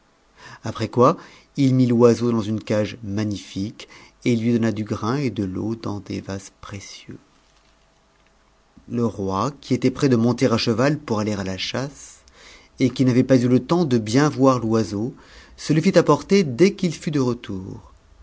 après quoi il mit l'oiseau jans une cage magnifique et lui donna du grain et de l'eau dans des vases m'ecieux le roi qui était prêt de monter à cheval pour aller à la chasse et qui savait pas eu le temps de bien voir l'oiseau se le fit apporter dès qu'il fut de retour